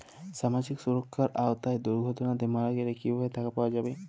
সামাজিক সুরক্ষার আওতায় দুর্ঘটনাতে মারা গেলে কিভাবে টাকা পাওয়া যাবে?